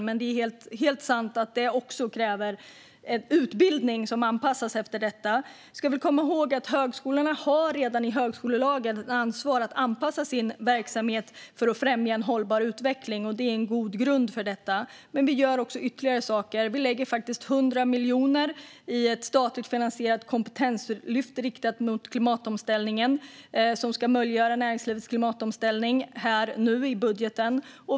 Men det är helt sant att det också kräver en utbildning som anpassas efter detta. Vi ska komma ihåg att högskolorna redan har ett ansvar i högskolelagen att anpassa sin verksamhet för att främja en hållbar utveckling. Det är en god grund för detta, men vi gör också ytterligare saker. Vi lägger faktiskt 100 miljoner i budgeten till ett statligt finansierat kompetenslyft riktat mot klimatomställningen som ska möjliggöra näringslivets klimatomställning här och nu.